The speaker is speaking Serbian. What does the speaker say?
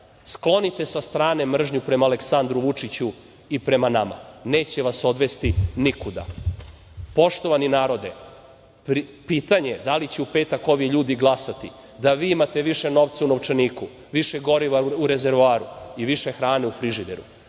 Sklonite sa strane mržnju prema Aleksandru Vučiću i prema nama. Neće vas odvesti nikuda. Poštovani narode, pitanje je da li će u petak ovi ljudi glasati da vi imate više novca u novčaniku, više goriva u rezervoaru i više hrane u frižideru.